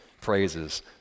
praises